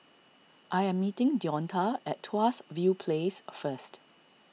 I am meeting Deonta at Tuas View Place first